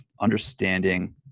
understanding